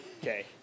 Okay